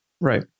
Right